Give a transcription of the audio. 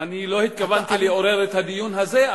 התכוונתי לעורר את הדיון הזה,